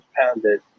pounded